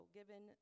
given